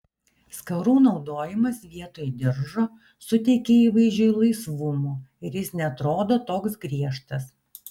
skarų naudojimas vietoj diržo suteikia įvaizdžiui laisvumo ir jis neatrodo toks griežtas